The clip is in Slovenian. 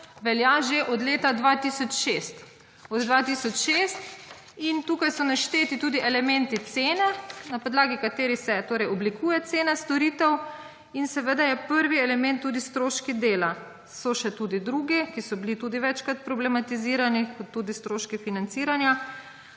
velja že od leta 2006, od 2006, in tukaj so našteti tudi elementi cene, na podlagi katerih se torej oblikuje cena storitev in seveda je prvi element tudi stroški dela, so še tudi drugi, ki so bili tudi večkrat problematizirani, kot tudi stroški financiranja,